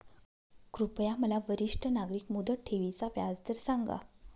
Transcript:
कृपया मला वरिष्ठ नागरिक मुदत ठेवी चा व्याजदर सांगा